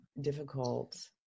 difficult